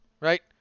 right